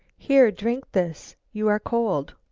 here, drink this you are cold.